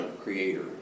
creator